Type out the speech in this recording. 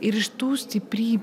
ir iš tų stiprybių